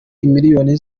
imiliyoni